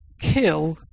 kill